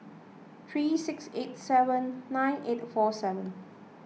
three six eight seven nine eight four seven